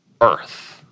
earth